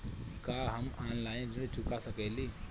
का हम ऑनलाइन ऋण चुका सके ली?